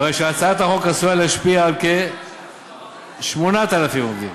הרי שהצעת החוק עשויה להשפיע על כ-8,000 עובדים.